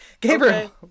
Gabriel